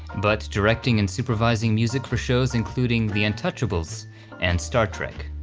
but directing and supervising music for shows including the untouchables and star trek.